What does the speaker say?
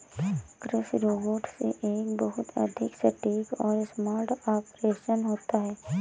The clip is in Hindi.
कृषि रोबोट से एक बहुत अधिक सटीक और स्मार्ट ऑपरेशन होता है